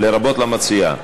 לרבות למציעה.